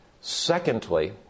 Secondly